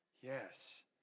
Yes